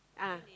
ah